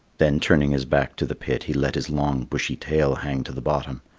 then, turning his back to the pit, he let his long bushy tail hang to the bottom.